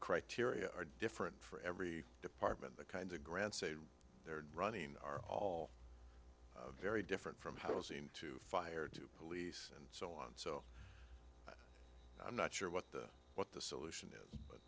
criteria are different for every department the kind of grants a they're running are all very different from how it will seem to fire to police and so on so i'm not sure what the what the solution is